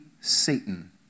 Satan